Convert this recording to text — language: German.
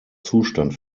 zustand